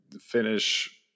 finish